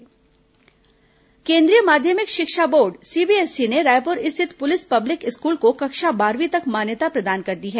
police school मान्यता केंद्रीय माध्यमिक शिक्षा बोर्ड सीबीएसई ने रायपुर स्थित पुलिस पब्लिक स्कूल को कक्षा बारहवीं तक मान्यता प्रदान कर दी है